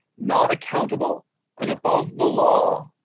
not accountable and above the law.